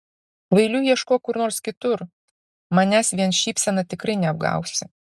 kvailių ieškok kur nors kitur manęs vien šypsena tikrai neapgausi